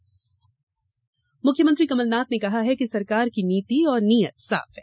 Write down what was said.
मुख्यमंत्री मुख्यमंत्री कमल नाथ ने कहा है कि सरकार की नीति और नियत साफ है